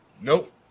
Nope